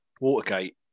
Watergate